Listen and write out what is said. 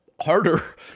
harder